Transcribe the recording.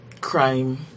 crime